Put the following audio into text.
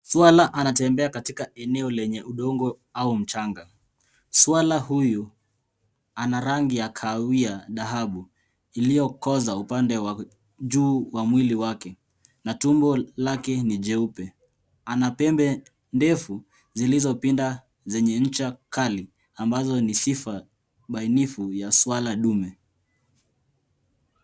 Swara anatembea katika eneo lenye udongo au mchanga. Swara huyu ana rangi ya kahawia dhahabu iliyokoza upande wa juu wa mwili wake na tumbo lake la chini jeupe. Ana pembe ndefu zilizopinda zenye ncha kali, ambazo ni sifa bainifu ya swara dume.